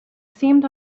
seemed